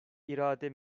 irade